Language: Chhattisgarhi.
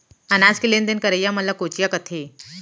अनाज के लेन देन करइया मन ल कोंचिया कथें